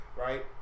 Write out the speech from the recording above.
right